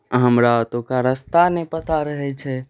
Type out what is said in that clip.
हमरा ओतुका रास्ता नहि पता रहै छै